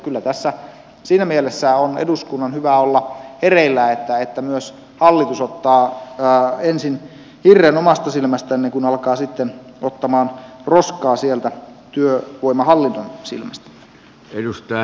kyllä tässä siinä mielessä on eduskunnan hyvä olla hereillä että myös hallitus ottaa ensin hirren omasta silmästään ennen kuin alkaa sitten ottamaan roskaa sieltä työvoimahallinnon silmästä